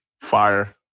Fire